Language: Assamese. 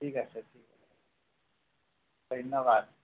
ঠিক আছে ঠিক আছে ধন্যবাদ